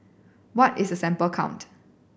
what is a sample count